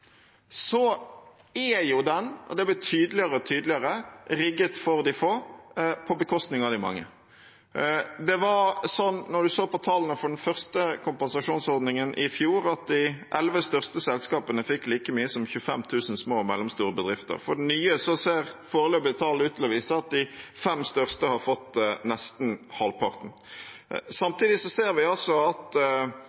er den – og det blir tydeligere og tydeligere – rikhet for de få på bekostning av de mange. Når en ser på tallene for den første kompensasjonsordningen i fjor, fikk de elleve største selskapene like mye som 25 000 små og mellomstore bedrifter. For den nye ordningen ser foreløpige tall ut til å vise at de fem største har fått nesten halvparten.